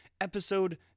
episode